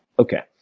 okay.